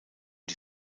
die